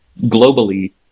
Globally